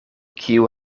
kiu